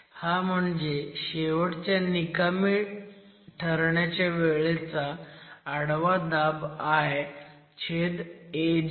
हा म्हणजे शेवटच्या निकामी ठरण्याच्या वेळेचा आडवा दाब I छेद Aj